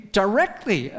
directly